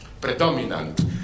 predominant